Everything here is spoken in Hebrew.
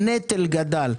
הנטל גדל.